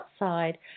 outside